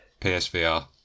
PSVR